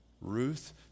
Ruth